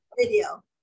video